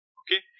okay